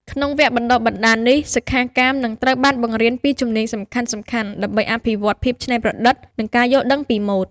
ក្នុងវគ្គបណ្តុះបណ្តាលនេះ សិក្ខាកាមនឹងត្រូវបានបង្រៀនពីជំនាញសំខាន់ៗដើម្បីអភិវឌ្ឍ ភាពច្នៃប្រឌិត និង ការយល់ដឹងពីម៉ូដ។